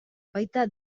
baita